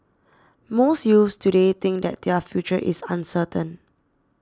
most youths today think that their future is uncertain